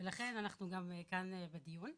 לכן אנחנו גם כאן בדיון.